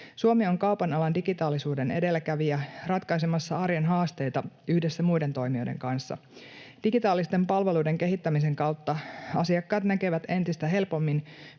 Suomi on kaupan alan digitaalisuuden edelläkävijä ratkaisemassa arjen haasteita yhdessä muiden toimijoiden kanssa. Digitaalisten palveluiden kehittämisen kautta asiakkaat näkevät entistä helpommin,